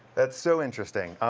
that's so interesting.